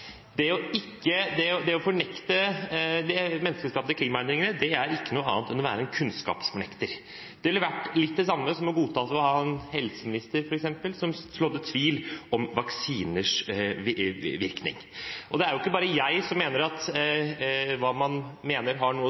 Det å fornekte de menneskeskapte klimaendringene er ikke noe annet enn å være en kunnskapsnekter. Det er litt det samme som f.eks. å godta at man hadde en helseminister som sådde tvil om vaksiners virkning. Det er ikke bare meg som mener at hva man mener, har noe